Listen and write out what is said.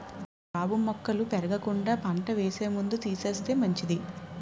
గాబు మొక్కలు పెరగకుండా పంట వేసే ముందు తీసేస్తే మంచిది